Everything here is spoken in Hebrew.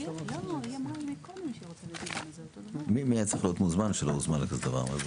מי היה צריך להיות מוזמן שלא הוזמן לכזה דבר?